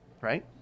Right